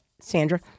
Sandra